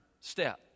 step